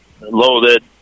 loaded